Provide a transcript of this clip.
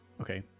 Okay